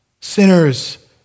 sinners